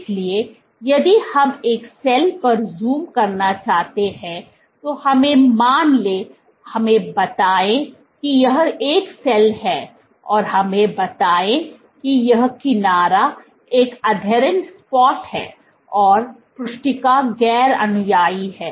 इसलिए यदि हम एक सेल पर ज़ूम करना चाहते हैं तो हमें मान लें हमें बताएं कि यह एक सेल है और हमें बताएं कि यह किनारा एक अधेरेंट स्पोट है और पृष्ठिका गैर अनुयायी है